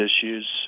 issues